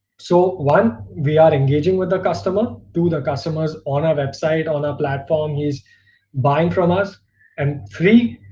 so one we are engaging with the customer to the customers on our website on our platform is buying from us and three.